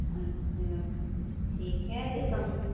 اچھا ٹھیک ہے جیسا مجھ